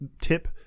tip